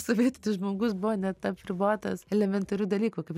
sovietinis žmogus buvo net apribotas elementarių dalykų kaip